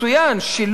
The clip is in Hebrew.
שילוב זה,